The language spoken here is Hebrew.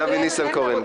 אבי ניסנקורן,